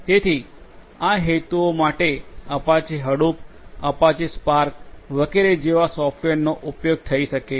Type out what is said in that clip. તેથી આ હેતુઓ માટે અપાચે હડુપ અપાચે સ્પાર્ક વગેરે જેવા સોફ્ટવેરનો ઉપયોગ થઈ શકે છે